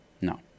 No